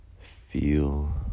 Feel